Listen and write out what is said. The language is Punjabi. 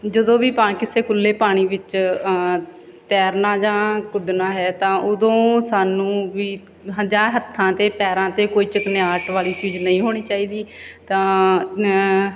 ਜਦੋਂ ਵੀ ਆਪਾਂ ਕਿਸੇ ਖੁੱਲ੍ਹੇ ਪਾਣੀ ਵਿੱਚ ਤੈਰਨਾ ਜਾਂ ਕੁੱਦਣਾ ਹੈ ਤਾਂ ਉਦੋਂ ਸਾਨੂੰ ਵੀ ਹ ਜਾਂ ਹੱਥਾਂ ਅਤੇ ਪੈਰਾਂ 'ਤੇ ਕੋਈ ਚਿਕਨਾਹਟ ਵਾਲੀ ਚੀਜ਼ ਨਹੀਂ ਹੋਣੀ ਚਾਹੀਦੀ ਤਾਂ ਨਾਅ